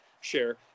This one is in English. share